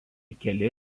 keli